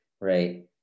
right